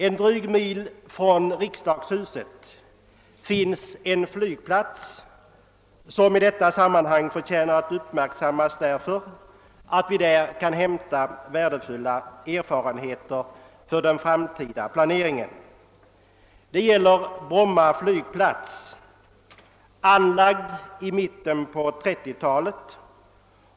En dryg mil från Riksdagshuset finns en flygplats som i detta sammanhang förtjänar uppmärksammas, därför att vi där kan hämta värdefulla erfarenheter för den framtida planeringen. Det gäller Bromma flygplats, anlagd i mitten av 1930-talet.